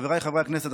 חבריי חברי הכנסת,